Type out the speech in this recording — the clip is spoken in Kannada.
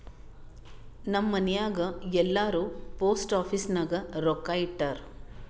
ನಮ್ ಮನ್ಯಾಗ್ ಎಲ್ಲಾರೂ ಪೋಸ್ಟ್ ಆಫೀಸ್ ನಾಗ್ ರೊಕ್ಕಾ ಇಟ್ಟಾರ್